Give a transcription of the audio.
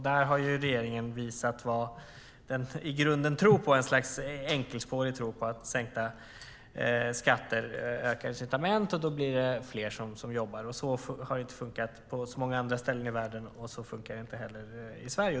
Där har regeringen visat att den i grunden har ett slags enkelspårig tro på att sänkta skatter ökar incitament och att det då blir fler som jobbar. Så har det inte funkat på så många andra ställen i världen, och så funkar det inte heller i Sverige.